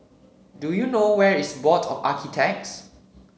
do you know where is Board of Architects